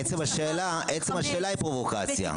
עצם השאלה היא פרובוקציה.